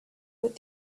with